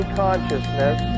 consciousness